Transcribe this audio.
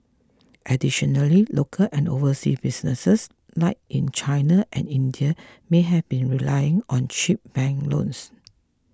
additionally local and overseas businesses like in China and India may have been relying on cheap bank loans